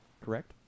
correct